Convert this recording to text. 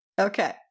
Okay